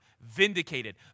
vindicated